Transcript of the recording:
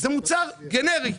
זה מוצר גנרי.